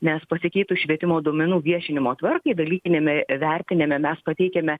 nes pasikeitus švietimo duomenų viešinimo tvarkai dalykiniame vertinime mes pateikiame